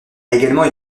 également